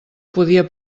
podia